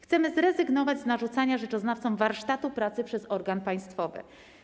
Chcemy zrezygnować z narzucania rzeczoznawcom warsztatu pracy przez organ państwowy.